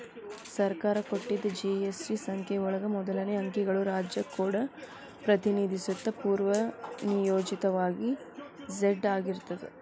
ಸರ್ಕಾರ ಕೊಟ್ಟಿದ್ ಜಿ.ಎಸ್.ಟಿ ಸಂಖ್ಯೆ ಒಳಗ ಮೊದಲನೇ ಅಂಕಿಗಳು ರಾಜ್ಯ ಕೋಡ್ ಪ್ರತಿನಿಧಿಸುತ್ತದ ಪೂರ್ವನಿಯೋಜಿತವಾಗಿ ಝೆಡ್ ಆಗಿರ್ತದ